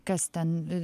kas ten